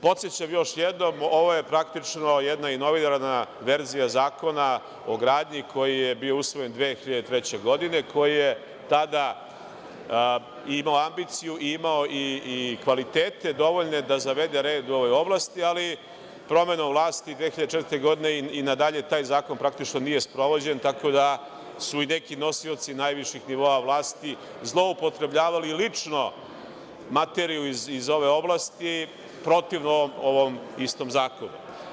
Podsećam još jednom, ovo je praktično jedna inovirana verzija Zakona o gradnji, koji je bio usvojen 2003. godine, koji je tada imao ambiciju i imao i kvalitete dovoljne da zavede red u ovoj oblasti, ali promenom vlasti 2004. godine i na dalje taj zakon praktično nije sprovođen, tako da su i neki nosioci najviših nivoa vlasti zloupotrebljavali lično materiju iz ove oblasti protivno ovom istom zakonu.